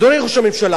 אדוני ראש הממשלה,